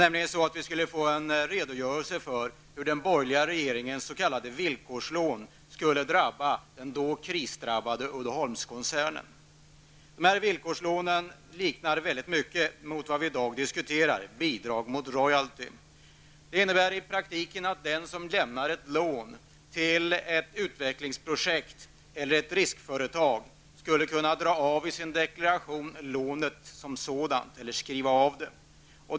Vi skulle få en redogörelse för hur den borgerliga regeringens s.k. villkorslån skulle drabba den då krisdrabbade Dessa villkorslån liknar mycket de bidrag mot royalty som vi i dag diskuterar. Det innebär i praktiken att den som lämnar ett lån till ett utvecklingsprojekt eller ett riskföretag skulle kunna dra av lånet i sin deklaration eller skriva av det.